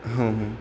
हां